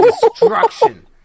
destruction